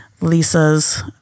Lisa's